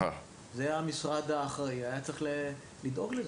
המשרד האחראי היה צריך לדאוג לזה.